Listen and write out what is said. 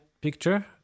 picture